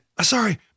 sorry